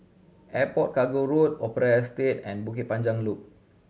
Airport Cargo Road Opera Estate and Bukit Panjang Loop